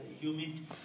humid